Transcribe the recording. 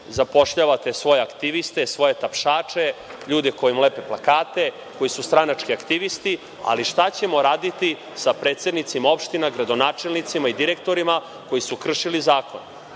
zapošljavate svoje aktiviste, svoje tapšače, ljude koji im lepe plakate, koji su stranački aktivisti, ali šta ćemo raditi sa predsednicima opština, gradonačelnicima i direktorima koji su kršili zakon?